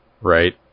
right